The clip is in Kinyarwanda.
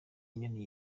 inyoni